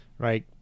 Right